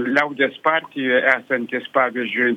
liaudies partijoj esantys pavyzdžiui